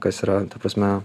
kas yra ta prasme